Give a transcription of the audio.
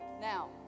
Now